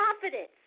confidence